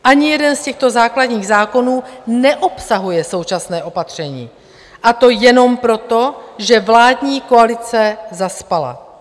Ani jeden z těchto základních zákonů neobsahuje současné opatření, a to jenom proto, že vládní koalice zaspala.